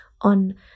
on